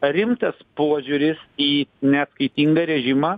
rimtas požiūris į neatskaitingą režimą